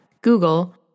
Google